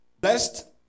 best